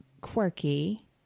quirky